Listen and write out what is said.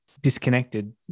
disconnected